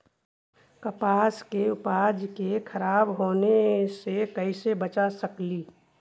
कपास के उपज के खराब होने से कैसे बचा सकेली?